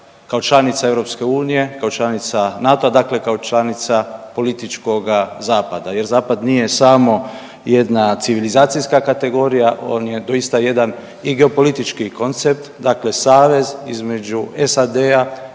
kao članica EU, kao članica NATO-a, dakle kao članica političkoga zapada jer zapad nije samo jedna civilizacijska kategorija, on je doista i jedan i geopolitički kontekst, dakle savez između SAD-a